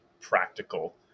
practical